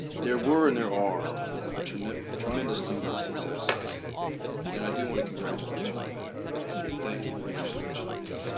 there were and there are ah a tremendous number of successes and i do want to congratulate you on that and and thank you for your stewardship of the